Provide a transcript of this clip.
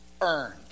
earned